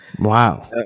Wow